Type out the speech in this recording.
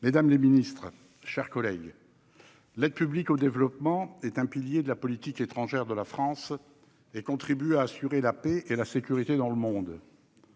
d'État, mes chers collègues, l'aide publique au développement est un pilier de la politique étrangère de la France et contribue à assurer la paix et la sécurité dans le monde.